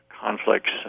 conflicts